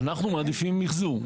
אנחנו מעדיפים מחזור.